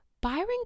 Byron